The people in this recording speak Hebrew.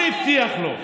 הוא הבטיח לו.